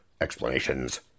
explanations